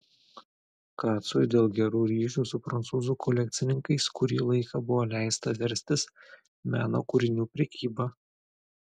kacui dėl gerų ryšių su prancūzų kolekcininkais kurį laiką buvo leista verstis meno kūrinių prekyba